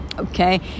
Okay